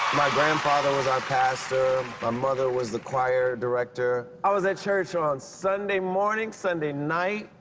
my grandfather was our pastor. my mother was the choir director. i was at church on sunday morning, sunday night,